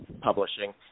Publishing